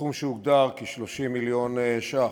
הסכום שהוגדר, כ-30 מיליון ש"ח,